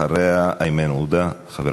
הרגשנו שהבשילה העת להפוך חלום